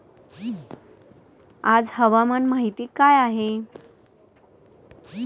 आज हवामान माहिती काय आहे?